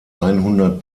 einhundert